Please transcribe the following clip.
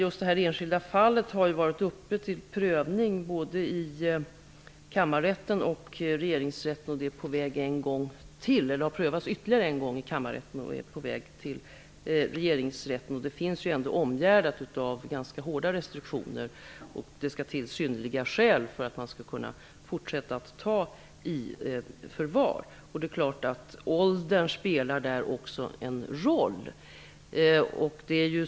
Just detta enskilda fall har varit uppe till prövning både i kammarrätt och i regeringsrätt, och det kommer att ske ytterligare en prövning. Dessa fall är ändå omgärdade av ganska hårda restriktioner, och det skall till synnerliga skäl för att man skall kunna fortsätta att ta barn i förvar. Åldern spelar naturligtvis här en roll.